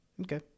Okay